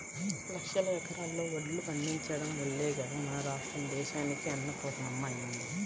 లక్షల ఎకరాల్లో వడ్లు పండించడం వల్లే గదా మన రాష్ట్రం దేశానికే అన్నపూర్ణమ్మ అయ్యింది